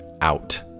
out